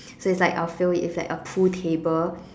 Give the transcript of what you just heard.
so it's like I will fill it with a pool table